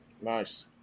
Nice